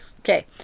Okay